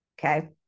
Okay